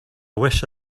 wish